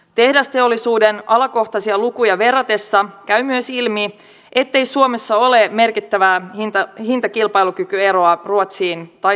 tehdasteollisuuden alakohtaisia lukuja verratessa käy myös ilmi ettei suomessa ole merkittävää hintakilpailukykyeroa ruotsiin tai saksaan